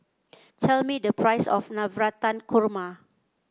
tell me the price of Navratan Korma